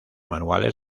manuales